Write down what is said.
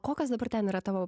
kokios dabar ten yra tavo